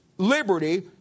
Liberty